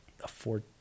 afford